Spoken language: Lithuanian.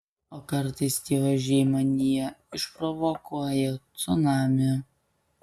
o kartais tie ožiai manyje išprovokuoja cunamį